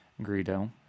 Greedo